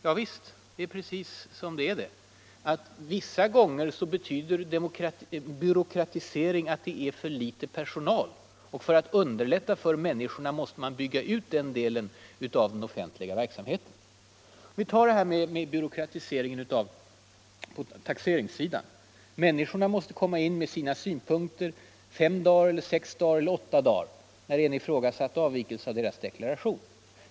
Javisst, det är precis som det är — vissa gånger betyder byråkratisering att det är för liten personal, och för att underlätta för människorna måste man bygga ut den delen av den offentliga verksamheten. Eller låt oss ta byråkratiseringen på taxeringssidan. Nu måste människorna komma in med sina synpunkter inom fem, sex eller åtta dagar, när det gäller en ifrågasatt avvikelse från deras deklarationer.